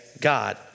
God